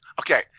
Okay